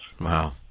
Wow